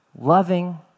loving